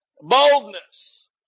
boldness